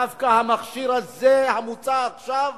דווקא המכשיר הזה, המוצע עכשיו,